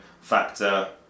factor